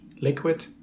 liquid